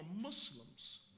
Muslims